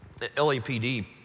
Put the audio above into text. LAPD